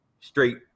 straight